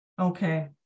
Okay